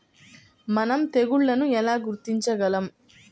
మనం తెగుళ్లను ఎలా గుర్తించగలం?